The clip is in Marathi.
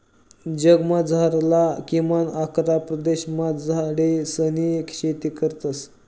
जगमझारला किमान अकरा प्रदेशमा झाडेसनी शेती करतस